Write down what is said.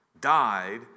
died